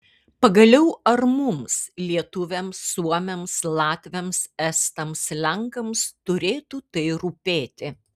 pagaliau ar mums lietuviams suomiams latviams estams lenkams turėtų tai rūpėti